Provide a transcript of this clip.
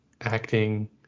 acting